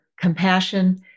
Compassion